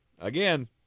again